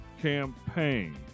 campaign